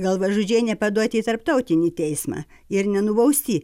galvažudžiai nepaduoti į tarptautinį teismą ir nenubausti